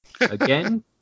Again